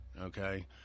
okay